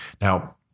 Now